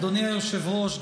אדוני היושב-ראש,